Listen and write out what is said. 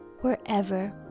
wherever